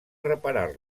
reparar